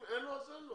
אם אין לו, אז אין לו